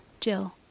Jill